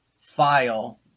file